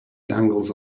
dangles